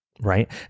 right